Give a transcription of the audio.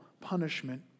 punishment